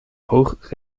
hoog